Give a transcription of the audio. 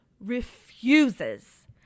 refuses